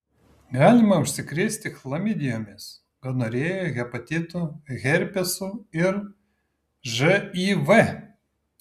galima užsikrėsti chlamidijomis gonorėja hepatitu herpesu ir živ